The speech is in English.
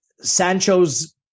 Sancho's